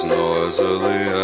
noisily